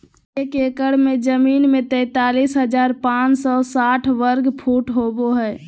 एक एकड़ जमीन में तैंतालीस हजार पांच सौ साठ वर्ग फुट होबो हइ